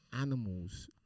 animals